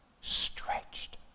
stretched